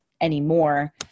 anymore